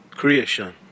creation